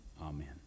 Amen